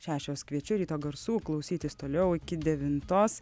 šešios kviečiu ryto garsų klausytis toliau iki devintos